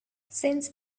since